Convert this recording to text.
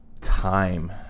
time